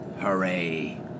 Hooray